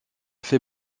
fait